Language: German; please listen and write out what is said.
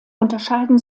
unterscheiden